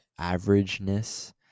averageness